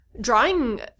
drawing